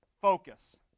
focus